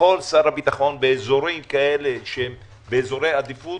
יכול שר הביטחון באזורים כאלה שהם באזורי עדיפות